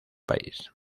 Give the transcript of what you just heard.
país